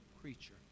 creature